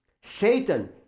Satan